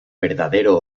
verdadero